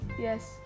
Yes